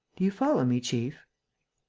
do you follow me, chief?